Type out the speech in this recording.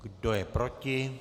Kdo je proti?